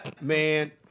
Man